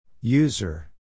User